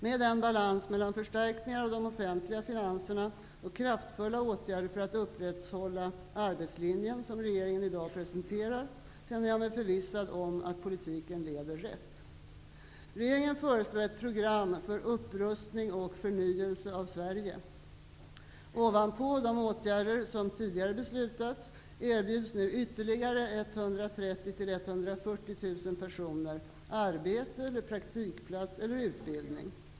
Med den balans mellan förstärkningar av de offentliga finanserna och kraftfulla åtgärder för att upprätthålla arbetslinjen, som regeringen i dag presenterar, känner jag mig förvissad om att politiken leder rätt. Regeringen föreslår ett program för upprustning och förnyelse av Sverige. Ovanpå de åtgärder som tidigare beslutats erbjuds nu ytterligare 130 000-- 140 000 personer arbete, praktikplats eller utbildning.